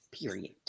Period